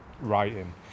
writing